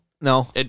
No